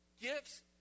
Gifts